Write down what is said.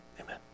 amen